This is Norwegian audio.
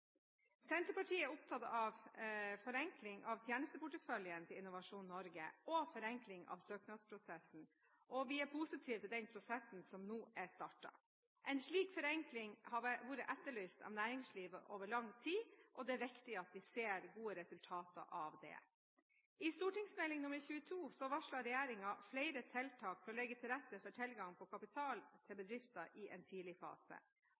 Senterpartiet er opptatt av forenkling av tjenesteporteføljen til Innovasjon Norge og forenkling av søknadsprosessen, og vi er positive til den prosessen som nå er startet. En slik forenkling har vært etterlyst av næringslivet over lang tid, og det er viktig at vi ser gode resultater av det. I Meld. St. nr. 22 varslet regjeringen flere tiltak for å legge til rette for tilgang på kapital til bedrifter i en tidlig fase,